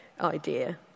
idea